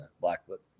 Blackfoot